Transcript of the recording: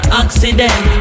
accident